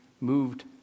moved